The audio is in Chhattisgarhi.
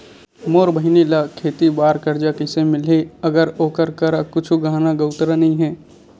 मोर बहिनी ला खेती बार कर्जा कइसे मिलहि, अगर ओकर करा कुछु गहना गउतरा नइ हे?